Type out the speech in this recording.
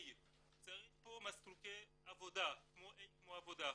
A, צריך פה מסלולי עבודה, Aכמו עבודה.